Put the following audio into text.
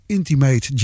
Intimate